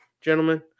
gentlemen